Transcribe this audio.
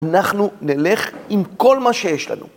אנחנו נלך עם כל מה שיש לנו.